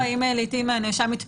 הנאשם,